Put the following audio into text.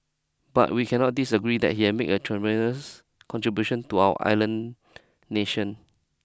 but we cannot disagree that he had made a tremendous contribution to our island nation